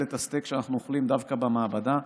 את הסטייק שאנחנו אוכלים דווקא במעבדה.